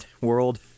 world